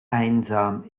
einsam